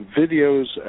videos